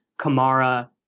Kamara